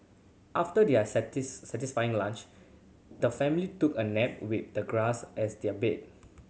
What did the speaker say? after their satisfying lunch the family took a nap with the grass as their bed